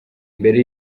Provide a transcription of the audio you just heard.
mbere